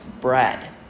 bread